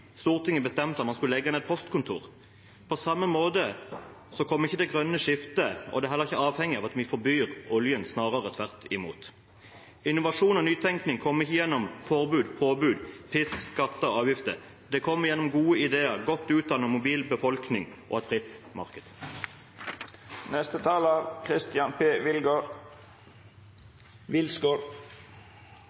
Stortinget har bestemt å legge ned postkontor. På samme måte kommer ikke det grønne skiftet – det er heller ikke avhengig av at vi forbyr oljen, snarere tvert imot. Innovasjon og nytenking kommer ikke gjennom forbud, påbud, pisk, skatter og avgifter. De kommer gjennom gode ideer, en godt utdannet og mobil befolkning og et fritt marked.